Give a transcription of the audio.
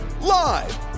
live